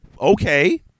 okay